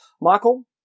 Michael